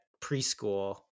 preschool